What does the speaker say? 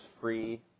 free